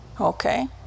Okay